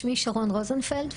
שמי שרון רוזנפלד,